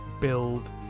build